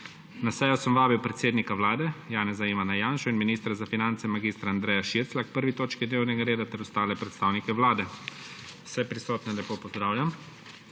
Na sejo sem vabil predsednika Vlade Janeza (Ivana) Janšo in ministra za finance mag. Andreja Širclja k 1. točki dnevnega reda ter ostale predstavnike Vlade. Vse prisotne lepo pozdravljam!